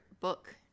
book